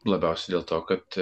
labiausiai dėl to kad